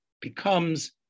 becomes